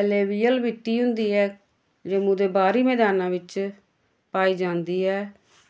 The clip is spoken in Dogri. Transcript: अलेविअल मिट्टी होंदी ऐ जम्मू दे बाह्री मेदानां विच पाई जांदी ऐ